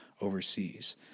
overseas